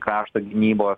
krašto gynybos